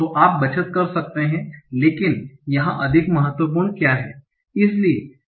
तो आप बचत कर सकते हैं लेकिन यहां अधिक महत्वपूर्ण क्या है